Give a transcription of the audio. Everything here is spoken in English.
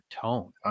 tone